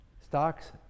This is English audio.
stocks